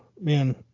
man